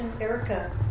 Erica